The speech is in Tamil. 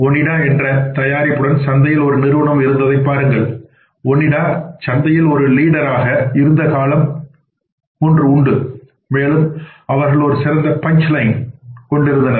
ஓனிடா என்ற தயாரிப்புடன் சந்தை உற்பத்தியில் ஒரு நிறுவனம் இருந்ததைப் பாருங்கள் ஓனிடா சந்தையில் ஒரு லீடர் ஆக இருந்த ஒரு காலம் இருந்தது மேலும் அவர்கள்ஒரு சிறந்த பஞ்ச் லைன் கொண்டிருந்தனர்